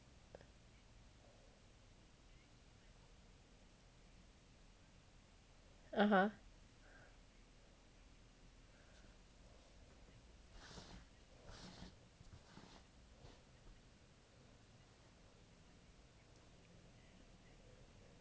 (uh huh)